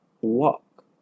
walk